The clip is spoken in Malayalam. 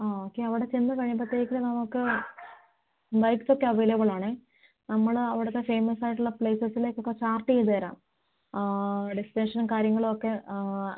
ആ ഓക്കെ അവിടെ ചെന്ന് കഴിയുമ്പോഴേക്കും നമുക്ക് ബൈക്ക്സ് ഒക്കെ അവൈലബിളാണ് നമ്മൾ അവിടുത്തെ ഫേമസ് ആയിട്ടുള്ള പ്ലേസസിലേക്ക് ഒക്കെ ചാർട്ട് ചെയ്ത് തരാം ഡെസ്റ്റിനേഷനും കാര്യങ്ങളും ഒക്കെ